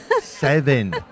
Seven